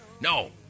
No